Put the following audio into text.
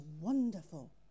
wonderful